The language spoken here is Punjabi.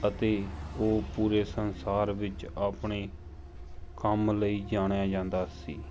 ਅਤੇ ਉਹ ਪੂਰੇ ਸੰਸਾਰ ਵਿੱਚ ਆਪਣੇ ਕੰਮ ਲਈ ਜਾਣਿਆ ਜਾਂਦਾ ਸੀ